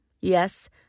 Yes